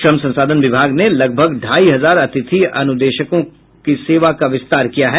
श्रम संसाधन विभाग ने लगभग ढाई हजार अतिथि अनुदेशकों की सेवा का विस्तार किया है